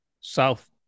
South